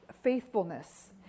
faithfulness